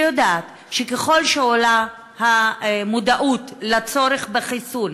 שיודעת שככל שעולה המודעות לצורך בחיסון,